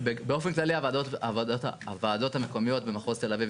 באופן כללי הוועדות המקומיות במחוז תל אביב,